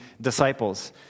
disciples